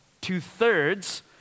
Two-thirds